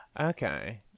Okay